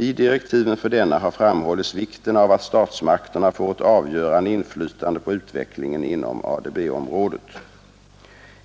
I direktiven för denna har framhållits vikten av att statsmakterna får ett avgörande inflytande på utvecklingen inom ADB-området.